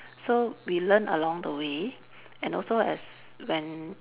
so we learn along the way and also as when